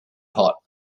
hot